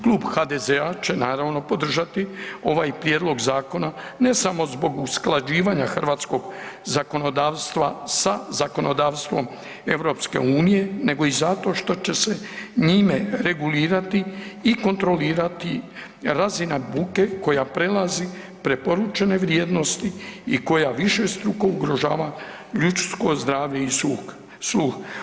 Klub HDZ-a će naravno podržati ovaj prijedlog zakona ne samo zbog usklađivanja hrvatskog zakonodavstva sa zakonodavstvom EU nego i zato što će se njime regulirati i kontrolirati razina buke koja prelazi preporučene vrijednosti i koja višestruko ugrožava ljudsko zdravlje i sluh.